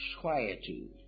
quietude